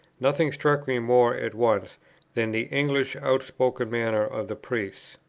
nothing struck me more at once than the english out-spoken manner of the priests.